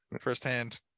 firsthand